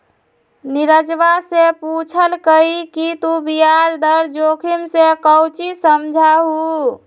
नीरजवा ने पूछल कई कि तू ब्याज दर जोखिम से काउची समझा हुँ?